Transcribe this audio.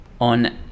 on